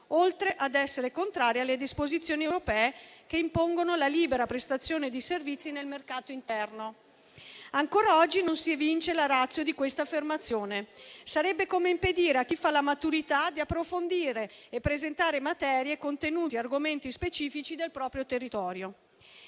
oltre ad essere contrario alle disposizioni europee che impongono la libera prestazione di servizi nel mercato interno. Ancora oggi, non si evince la *ratio* di quest'affermazione. Sarebbe come impedire a chi fa la maturità di approfondire e presentare materie, contenuti e argomenti specifici del proprio territorio.